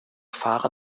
fahrer